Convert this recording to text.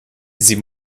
sie